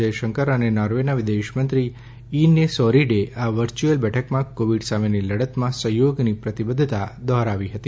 જયશંકર અને નોર્વેના વિદેશમંત્રી ઇને સોરિડે આ વર્ચ્યુઅલ બેઠકમાં કોવિડ સામેની લડતમાં સહયોગની પ્રતિબદ્ધતા દોહરાવી હતી